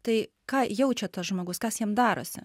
tai ką jaučia tas žmogus kas jam darosi